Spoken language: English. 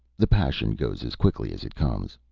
the passion goes as quickly as it comes.